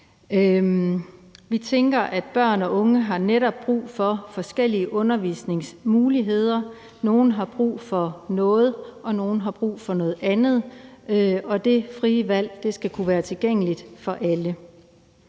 Vi tænker, at børn og unge netop har brug for forskellige undervisningsmuligheder. Nogle har brug for noget, og nogle andre har brug for noget andet, og det frie valg skal kunne være tilgængeligt for alle.